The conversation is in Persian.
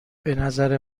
بنظر